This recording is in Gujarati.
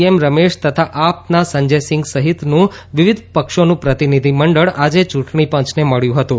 એમ રમેશ તથા આપના સંજય સિંઘ સહિતનું વિવિધ પક્ષોનું પ્રતિનિધિ મંડળ આજે ચૂંટણી પંચને મળ્યું હતું